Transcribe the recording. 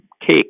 cake